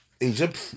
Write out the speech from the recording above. Egypt